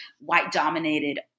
white-dominated